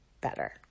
better